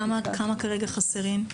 כמה חסרים כרגע?